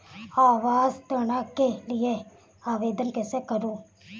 आवास ऋण के लिए आवेदन कैसे करुँ?